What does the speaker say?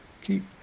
keep